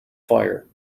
fire